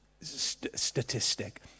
statistic